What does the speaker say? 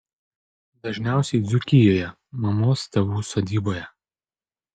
dažniausiai dzūkijoje mamos tėvų sodyboje